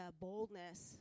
boldness